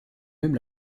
même